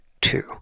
two